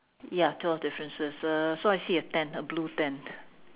ya twelve differences uh so I see a tent a blue tent